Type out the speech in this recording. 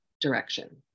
direction